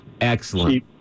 Excellent